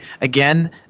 again